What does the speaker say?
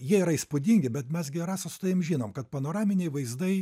jie yra įspūdingi bet mes gi rasa su tavim žinom kad panoraminiai vaizdai